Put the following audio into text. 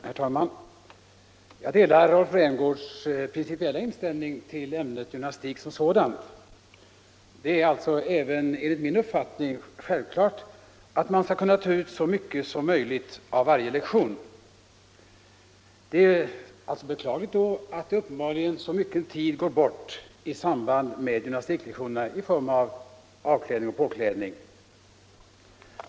Herr talman! Jag delar Rolf Rämgårds principiella inställning till ämnet gymnastik som sådant. Det är alltså även enligt min uppfattning självklart att man skall kunna ta ut så mycket som möjligt av varje lektion. Då är det beklagligt att så mycken tid uppenbarligen går bort i samband med gymnastiklektionerna för avklädning och påklädning.